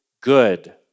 good